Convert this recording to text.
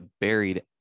buried